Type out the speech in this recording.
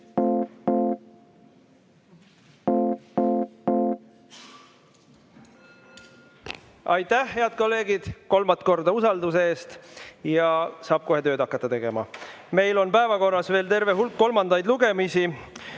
Aitäh, head kolleegid, kolmat korda usalduse eest! Saab kohe tööd hakata tegema. Meil on päevakorras veel terve hulk kolmandaid lugemisi.